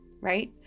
right